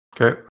Okay